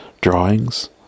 drawings